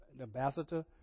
ambassador